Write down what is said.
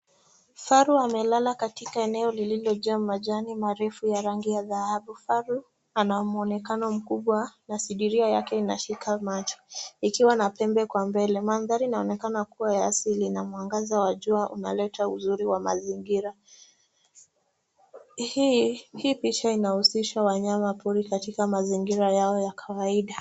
Kifaru amelala katika eneo lililo jaa majani marefu ya rangi ya thahabu, kifaru ana mwonekano mkubwa na sidiria yake inashika macho ikiwa na pembe kwa mbele, mandhari inaonekana kuwa ya hasili na mwangaza wa jua unaleta uzuri wa mazingira, hii picha inausisha wanyama pori katika mazingira yao ya kawaida.